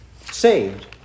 saved